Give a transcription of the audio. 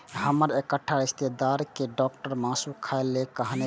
हमर एकटा रिश्तेदार कें डॉक्टर मासु खाय लेल कहने छै